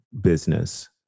business